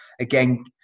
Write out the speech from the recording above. again